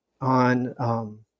on